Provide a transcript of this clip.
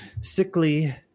sickly